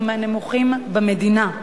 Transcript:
הוא מהנמוכים במדינה.